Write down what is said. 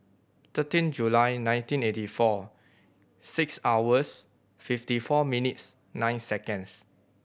thirteen July nineteen eighty four six hours fifty four minutes nine seconds